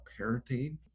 parenting